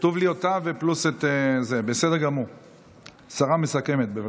כתוב לי אותה פלוס, השרה מסכמת, בבקשה.